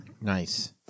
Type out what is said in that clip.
Nice